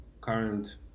current